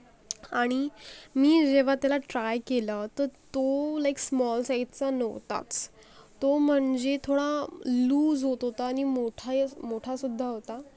आणि मी जेव्हा त्याला ट्राय केलं तर तो लाईक स्मॉल साइजचा नव्हताच तो म्हणजे थोडा लूज होत होता मोठा ही मोठासुद्धा होता